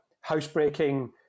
housebreaking